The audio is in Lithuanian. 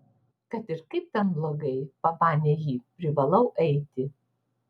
kad ir kaip ten blogai pamanė ji privalau eiti